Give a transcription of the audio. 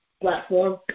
platform